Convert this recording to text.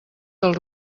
del